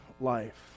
life